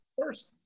first